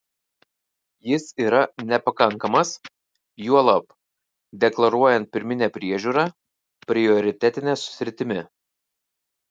jis yra nepakankamas juolab deklaruojant pirminę priežiūrą prioritetine sritimi